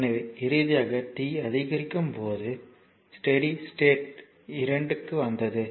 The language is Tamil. எனவே இறுதியாக t அதிகரிக்கும் போது ஸ்டெடி ஸ்டேட் 2க்கு வந்தது